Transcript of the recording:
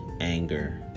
anger